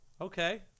Okay